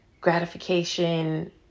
gratification